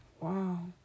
Wow